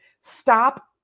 stop